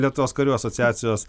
lietuvos karių asociacijos